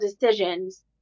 decisions